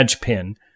pin